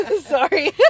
Sorry